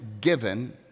given